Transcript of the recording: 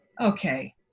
okay